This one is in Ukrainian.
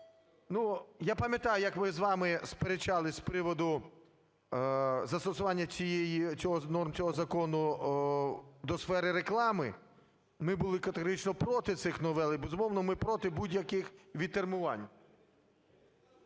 я пам'ятаю, як ми з вами сперечались з приводу застосування цієї… норм цього закону до сфери реклами, ми були категорично проти цих новел. І, безумовно, ми проти будь-яких відтермінувань.